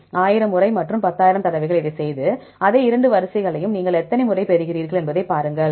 1000 முறை மற்றும் 10000 தடவைகள் இதைச் செய்து அதே இரண்டு வரிசைகளையும் நீங்கள் எத்தனை முறை பெறுகிறீர்கள் என்பதைப் பாருங்கள்